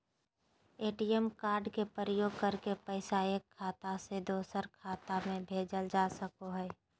ATM card के प्रयोग करके पैसा एक खाता से दोसर खाता में भेजल जा सको हय